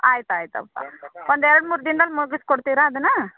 ಆಯ್ತು ಆಯಿತಪ್ಪ ಒಂದು ಎರಡು ಮೂರು ದಿನ್ದಲ್ಲಿ ಮುಗಸ್ಕೊಡ್ತೀರ ಅದನ್ನ